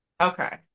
Okay